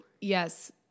Yes